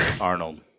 Arnold